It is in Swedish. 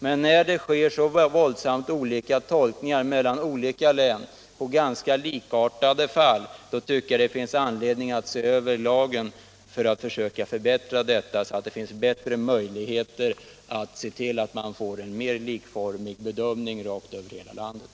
Men när det sker så våldsamt olika tolkningar mellan olika län i ganska likartade fall, då tycker jag det finns all anledning att se över lagen så att det blir bättre möjligheter att få en likformig bedömning rakt över hela landet.